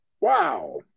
Wow